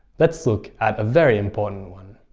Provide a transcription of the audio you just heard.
let's look at a very important one